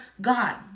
God